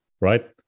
right